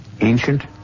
Ancient